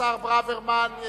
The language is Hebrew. השר ברוורמן,